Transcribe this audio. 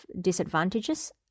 disadvantages